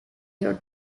year